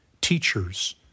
teachers